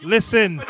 Listen